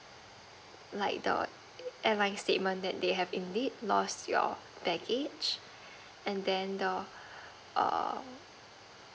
like the airline's statement that they have indeed lost your baggage and then the err